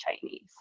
Chinese